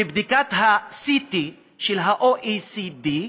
בבדיקת ה-CT של ה-OECD,